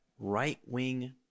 Right-wing